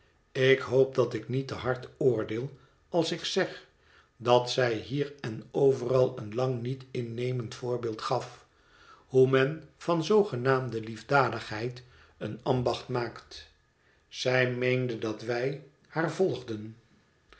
ik hoop dat ik niet te hard oordeel als ik zeg dat zij hier en overal een lang niet innemend voorbeeld gaf hoe men van zoogenaamde liefdadigheid een ambacht maakt zij meende dat wij haar volgden